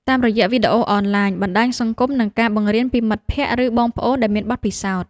តាមរយៈវីដេអូអនឡាញ បណ្តាញសង្គម និងការបង្រៀនពីមិត្តភក្តិ ឬបងប្អូនដែលមានបទពិសោធន៍។